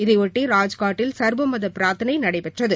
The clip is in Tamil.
இதையொட்டி ராஜ்காட்டில் சா்வ மத பிராா்த்தனை நடைபெற்றது